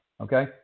Okay